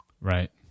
Right